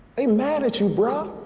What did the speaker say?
they mad at you bro.